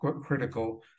critical